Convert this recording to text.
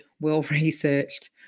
well-researched